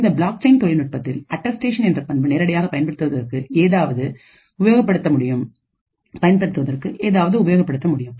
இந்த பிளாக்செயின் தொழில்நுட்பத்தில் அட்டஸ்டேஷன் என்ற பண்பு நேரடியாக பயன்படுத்துவதற்கு ஏதாவது உபயோகப்படுத்த முடியும்